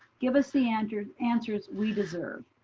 give us the answers answers we deserve.